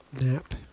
Nap